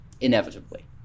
Inevitably